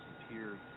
disappeared